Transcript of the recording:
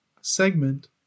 segment